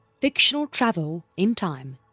fictional travel in time